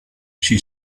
she